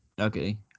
Okay